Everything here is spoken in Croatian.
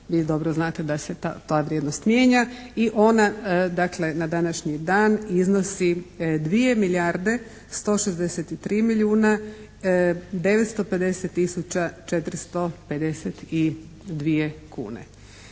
Vi dobro znate da se ta vrijednost mijenja. I ona dakle na današnji dan iznosi dvije milijarde 163 milijuna 950 tisuća 452 kune.